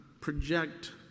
project